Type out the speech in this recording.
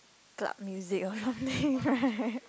club music or something right